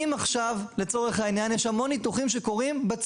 אם עכשיו, לצורך העניין, יש המון ניתוחים בציבורי,